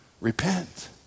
Repent